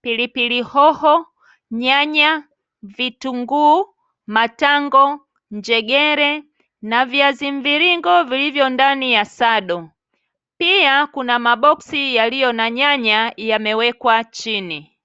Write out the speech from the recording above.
pilipili hoho, nyanya, vitunguu, matango, njegere na viazi mviringo vilivyo ndani ya sado, pia kuna maboksi yaliyo na nyanya yamewekwa chini .